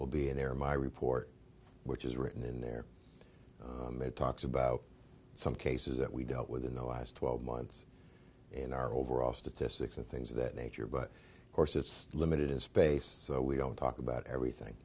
will be in their my report which is written in their talks about some cases that we dealt with in the last twelve months in our overall statistics and things of that nature but of course it's limited in space so we don't talk about everything